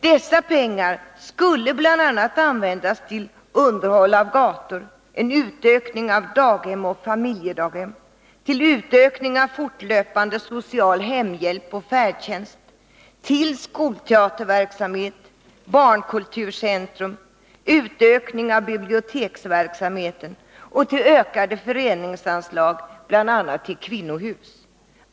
Dessa pengar skulle bl.a. användas till underhåll av gator, till en utökning av daghem och familjedaghem, till en utökning av fortlöpande social hemhjälp och färdtjänst, till skolteaterverksamhet, till barnkulturcentrum, till utökning av biblioteksverksamheten och till ökade föreningsanslag, bl.a. för kvinnohus.